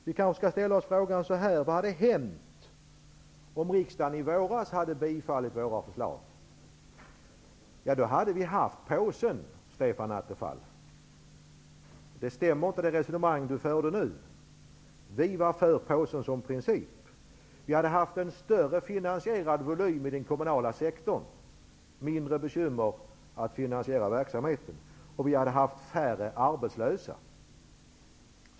Vi kanske skall ställa frågan så här: Vad hade hänt om riksdagen i våras hade bifallit våra förslag? Då hade vi haft påsen, Stefan Attefall. Det resonemang som Stefan Attefall för nu stämmer inte. Vi var för påsen som princip. Hade de förslagen bifallits hade vi haft en större finansierad volym i den kommunala sektorn, mindre bekymmer med att finansiera verksamheten, och vi hade haft färre arbetslösa.